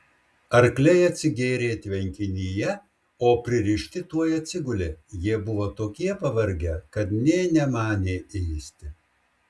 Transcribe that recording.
arkliai atsigėrė tvenkinyje o pririšti tuoj atsigulė jie buvo tokie pavargę kad nė nemanė ėsti